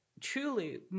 truly